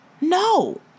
No